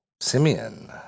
Simeon